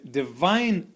divine